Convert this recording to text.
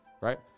right